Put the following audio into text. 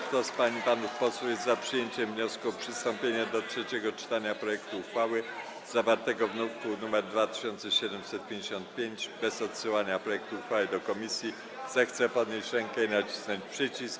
Kto z pań i panów posłów jest za przyjęciem wniosku o przystąpienie do trzeciego czytania projektu uchwały zawartego w druku nr 2755 bez odsyłania projektu uchwały do komisji, zechce podnieść rękę i nacisnąć przycisk.